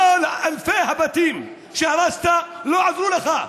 כל אלפי הבתים שהרסת לא עזרו לך.